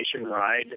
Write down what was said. ride